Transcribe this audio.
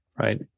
right